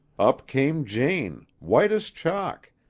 up came jane, white as chalk,